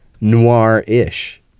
noir-ish